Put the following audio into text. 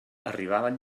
arribaven